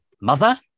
mother